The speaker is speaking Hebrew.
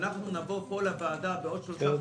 ואנחנו נבוא לוועדה בעוד שלושה חודשים,